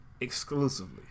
exclusively